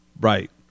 right